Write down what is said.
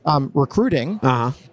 recruiting